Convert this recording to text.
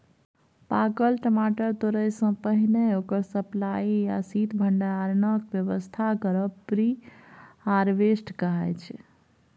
पाकल टमाटर तोरयसँ पहिने ओकर सप्लाई या शीत भंडारणक बेबस्था करब प्री हारवेस्ट कहाइ छै